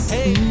Hey